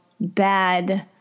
bad